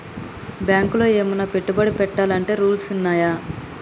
బ్యాంకులో ఏమన్నా పెట్టుబడి పెట్టాలంటే రూల్స్ ఉన్నయా?